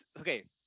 okay